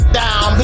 down